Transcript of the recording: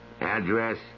address